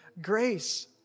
grace